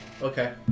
Okay